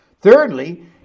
Thirdly